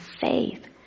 faith